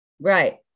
Right